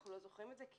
אנחנו לא זוכרים את זה כי